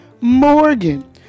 Morgan